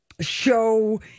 show